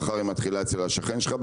מחר היא מתחילה אצל השכן שלך,